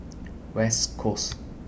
West Coast